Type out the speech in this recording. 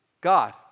God